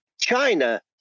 China